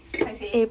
paiseh